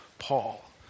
Paul